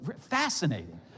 fascinating